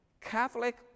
Catholic